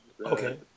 Okay